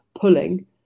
pulling